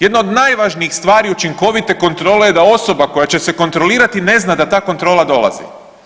Jedna od najvažnijih stvari učinkovite kontrole je da osoba koja će se kontrolirati ne zna da ta kontrola dolazi.